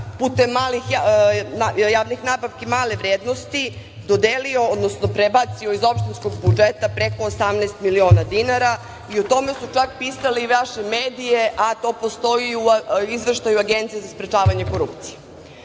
putem javnih nabavki male vrednosti dodelio, odnosno prebacio iz opštinskog budžeta preko 18 miliona dinara i o tome su čak pisali i vaši mediji, a to postoji i u Izveštaju Agencije za sprečavanje korupcije. Zbog